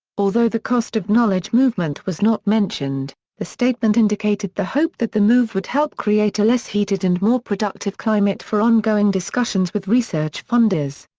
although the cost of knowledge movement was not mentioned, the statement indicated the hope that the move would help create a less heated and more productive climate for ongoing discussions with research funders.